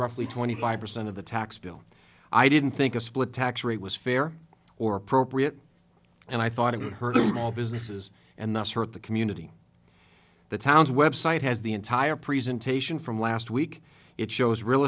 roughly twenty five percent of the tax bill i didn't think a split tax rate was fair or appropriate and i thought it would hurt all businesses and thus hurt the community the town's website has the entire presentation from last week it shows real